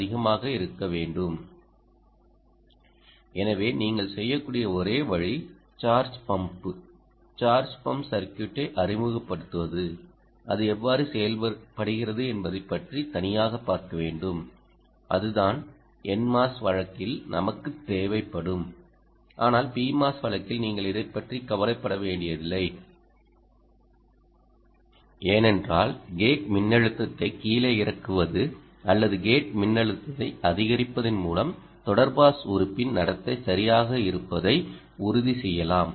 அதிகமாக இருக்க வேண்டும் எனவே நீங்கள் செய்யக்கூடிய ஒரே வழி சார்ஜ் பம்பு சார்ஜ் பம்ப் சர்க்யூட்டை அறிமுகப்படுத்துவது அது எவ்வாறு செயல்படுகிறது என்பதைப் பற்றி தனியாக பார்க்க வேண்டும் அதுதான் nmos வழக்கில் நமக்குத் தேவைப்படும் ஆனால் Pmos வழக்கில் நீங்கள் இதைப் பற்றி கவலைப்பட வேண்டியதில்லை ஏனென்றால் கேட் மின்னழுத்தத்தை கீழே இறக்குவது அல்லது கேட் மின்னழுத்தத்தை அதிகரிப்பதன் மூலம் தொடர் பாஸ் உறுப்பின் நடத்தை சரியாக இருப்பதை உறுதி செய்யலாம்